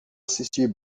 assistir